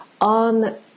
on